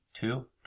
Two